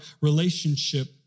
relationship